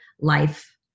life